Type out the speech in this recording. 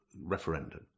referendum